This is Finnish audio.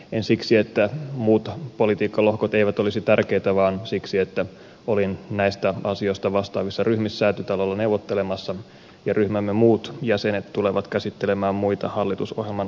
en siksi että muut politiikkalohkot eivät olisi tärkeitä vaan siksi että olin näistä asioista vastaavissa ryhmissä säätytalolla neuvottelemassa ja ryhmämme muut jäsenet tulevat käsittelemään muita hallitusohjelman osioita